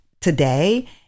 today